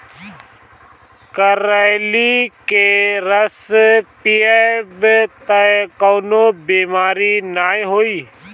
करइली के रस पीयब तअ कवनो बेमारी नाइ होई